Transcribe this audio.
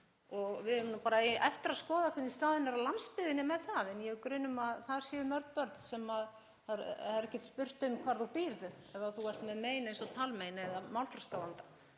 og við eigum nú bara eftir að skoða hvernig staðan er á landsbyggðinni með það. Ég hef grun um að þar séu mörg börn því það er ekkert spurt um hvar þú býrð ef þú ert með mein eins og talmein eða málþroskavanda.